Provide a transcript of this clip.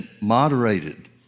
moderated